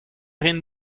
rin